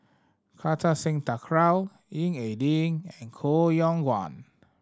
Kartar Singh Thakral Ying E Ding and Koh Yong Guan